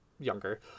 younger